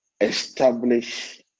establish